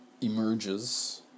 emerges